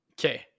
okay